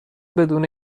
بدون